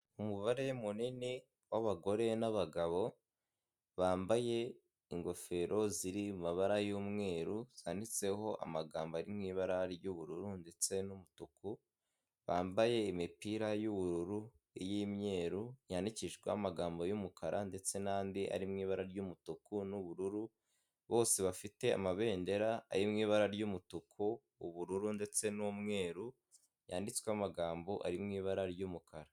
Umubare munini w'abagore nabagabo bambaye ingofero ziri mu mabara y'umweru, zanditseho amagambo ari mu ibara ry'ubururu ndetse n'umutuku. Bambaye imipira y'ubururu, iy'umweru yandikishwaho amagambo y'umukara ndetse n'andi ari mu ibara ry'umutuku n'ubururu. Bose bafite amabendera ari mu ibara ry'umutuku, ubururu, ndetse n'umweru, yanditsweho amagambo ari mu ibara ry'umukara.